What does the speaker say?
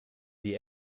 die